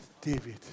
David